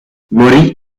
morì